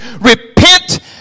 Repent